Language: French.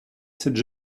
cette